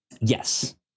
Yes